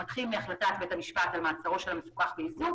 מתחיל מהחלטת בית המשפט למעצרו של המפוקח באיזוק